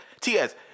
ts